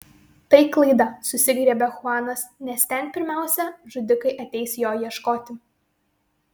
tai klaida susigriebė chuanas nes ten pirmiausia žudikai ateis jo ieškoti